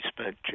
spent